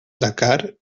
dakar